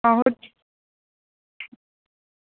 आहो